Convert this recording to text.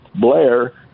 Blair